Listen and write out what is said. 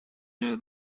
know